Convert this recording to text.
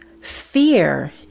Fear